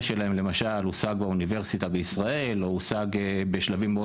שלהם למשל הושג באוניברסיטה בישראל או הושג בשלבים מאוד